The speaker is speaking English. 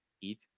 eat